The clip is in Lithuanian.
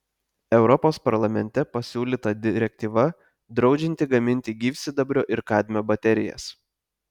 europos parlamente pasiūlyta direktyva draudžianti gaminti gyvsidabrio ir kadmio baterijas